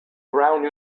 brown